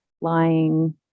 lying